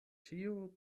ĉiu